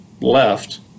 left